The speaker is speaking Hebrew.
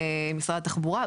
משרד התחבורה.